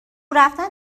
رفتن